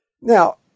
Now